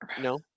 No